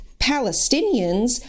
Palestinians